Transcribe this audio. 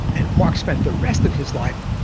and marx spent the rest of his life,